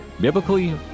biblically